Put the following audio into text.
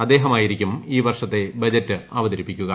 അദ്ദേഹമായിരിക്കും ഈ വർഷത്തെ ബജറ്റ് അവതരിപ്പിക്കുക